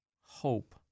hope